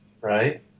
Right